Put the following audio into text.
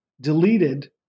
deleted